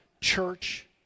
church